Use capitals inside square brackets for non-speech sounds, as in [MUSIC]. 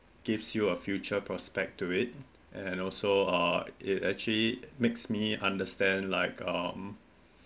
gives you a future prospect to it and also uh it actually makes me understand like um [BREATH]